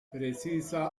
precisa